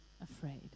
afraid